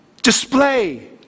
Display